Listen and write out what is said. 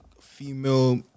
female